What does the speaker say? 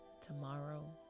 tomorrow